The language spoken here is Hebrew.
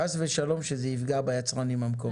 חס ושלום שזה יפגע ביצרנים המקומיים.